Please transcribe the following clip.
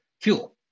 fuel